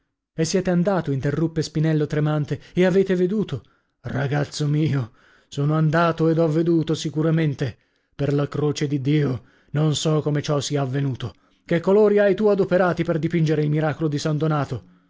e siete andato interruppe spinello tremante e avete veduto ragazzo mio sono andato ed ho veduto sicuramente per la croce di dio non so come ciò sia avvenuto che colori hai tu adoperati per dipingere il miracolo di san donato